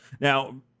now